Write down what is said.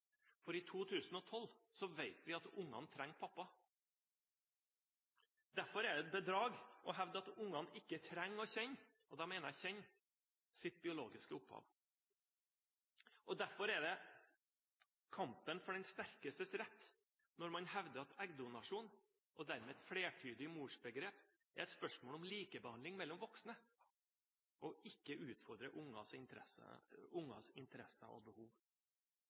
for i 2012 vet vi at ungene trenger pappa. Derfor er det et bedrag å hevde at ungene ikke trenger å kjenne, og da mener jeg kjenne, sitt biologiske opphav, og derfor er det et uttrykk for kampen for den sterkestes rett når man hevder at eggdonasjon, og dermed et flertydig morsbegrep, er et spørsmål om likebehandling av voksne og ikke utfordrer ungers interesser og behov.